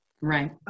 Right